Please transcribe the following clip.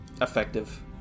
Effective